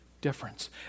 difference